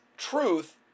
truth